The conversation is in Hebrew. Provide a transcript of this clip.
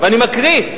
ואני מקריא,